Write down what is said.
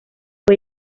fue